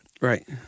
right